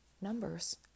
numbers